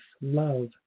love